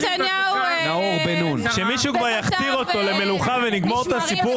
תגיד, גפני, בנימין נתניהו זה כמו מלך?